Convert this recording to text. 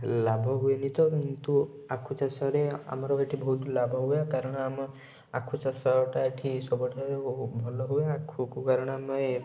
ଲାଭ ହୁଏନି ତ କିନ୍ତୁ ଆଖୁ ଚାଷରେ ଆମର ଏଇଠି ବହୁତ ଲାଭ ହୁଏ କାରଣ ଆମ ଆଖୁ ଚାଷଟା ଏଇଠି ସବୁଠାରୁ ଭଲ ହୁଏ ଆଖୁକୁ କାରଣ ଆମେ